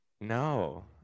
No